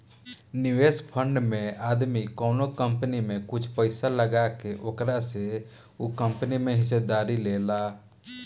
निवेश फंड में आदमी कवनो कंपनी में कुछ पइसा लगा के ओकरा से उ कंपनी में हिस्सेदारी लेला